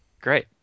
great